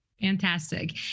Fantastic